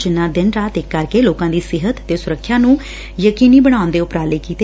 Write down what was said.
ਜਿੰਨੁਾਂ ਦਿਨ ਰਾਤ ਇਕ ਕਰਕੇ ਲੋਕਾਂ ਦੀ ਸਿਹਤ ਤੇ ਸੁਰੱਖਿਆ ਨੂੰ ਯਕੀਨੀ ਬਨਾਉਣ ਦੇ ਉਪਰਾਲੇ ਕੀਂਤੇ